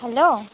hello